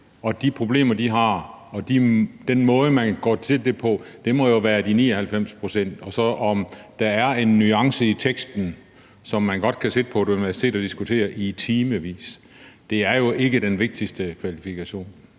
med de problemer, de har, og den måde, man går til det på, må være de 99 pct. Om man så kan se en nuance i teksten, som man godt kan sidde på et universitet og diskutere i timevis, er jo ikke den vigtigste kvalifikation.